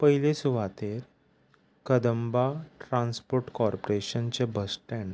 पयले सुवातेर कदंबा ट्रान्स्पोट कॉर्प्रेशनचें बस स्टँड